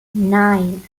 nein